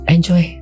Enjoy